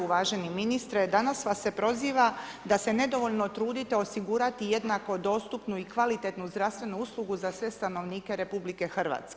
Uvaženi ministre, danas vas se proziva da se nedovoljno trudite osigurati jednako dostupnu i kvalitetnu zdravstvenu uslugu za sve stanovnike RH.